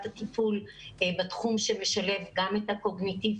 הטיפול בתחום שמשלב גם את הקוגניטיבי,